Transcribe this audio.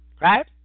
Right